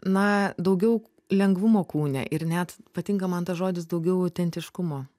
na daugiau lengvumo kūne ir net patinka man tas žodis daugiau autentiškumo